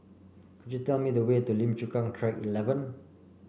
could you tell me the way to Lim Chu Kang Track Eleven